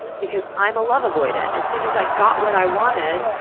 because i'm a love avoidant. as soon as i got what i wanted,